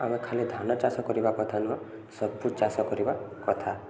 ଆମେ ଖାଲି ଧାନ ଚାଷ କରିବା କଥା ନୁହଁ ସବୁ ଚାଷ କରିବା କଥା